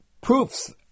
proofs